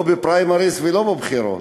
לא בפריימריז ולא בבחירות.